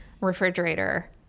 refrigerator